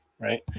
Right